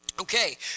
Okay